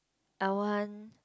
I want